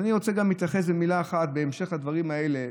אני רוצה גם להתייחס במילה אחת בהמשך לדברים האלה,